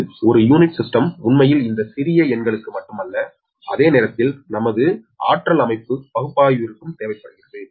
இது ஒரு unit system உண்மையில் இந்த சிறிய எண்களுக்கு மட்டுமல்ல அதே நேரத்தில் நமது சக்தி அமைப்பு பகுப்பாய்விற்கும் தேவைப்படுகிறது